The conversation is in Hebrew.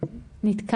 יש בעיה